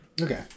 Okay